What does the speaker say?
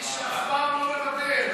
האיש שאף פעם לא מוותר.